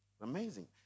amazing